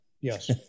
Yes